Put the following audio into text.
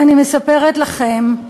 אני מספרת לכם,